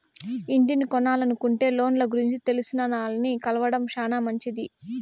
ఇంటిని కొనలనుకుంటే లోన్ల గురించి తెలిసినాల్ని కలవడం శానా మంచిది